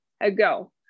ago